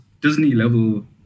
Disney-level